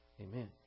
Amen